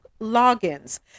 logins